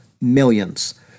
millions